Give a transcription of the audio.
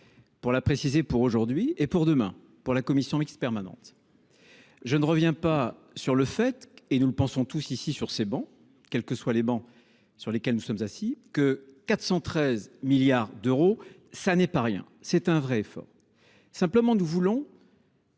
Pour la préciser, pour aujourd'hui et pour demain, pour la commission mixte permanente. Je ne reviens pas sur le fait et nous le pensons tous ici, sur ces bancs, quelles que soient les bancs sur lesquels nous sommes assis que 413 milliards d'euros. Ça n'est pas rien, c'est un vrai effort simplement nous voulons.